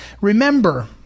Remember